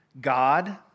God